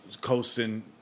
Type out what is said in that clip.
coasting